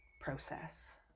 process